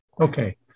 Okay